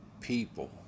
people